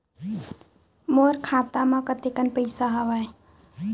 मोर खाता म कतेकन पईसा हवय?